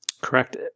Correct